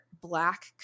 black